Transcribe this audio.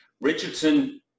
Richardson